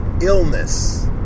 illness